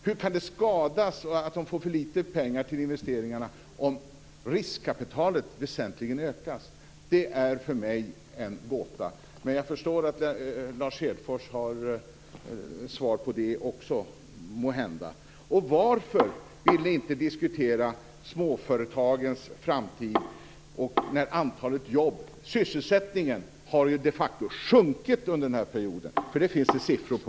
Hur kan investeringarna skadas, och hur kan det bli för litet pengar till dem om riskkapitalet väsentligt ökas? Det är för mig en gåta. Men jag förstår att Lars Hedfors måhända har svar på det också. Och varför vill ni inte diskutera småföretagens framtid när antalet jobb minskar? Sysselsättningen har ju de facto sjunkit under denna period. Det finns det siffror på.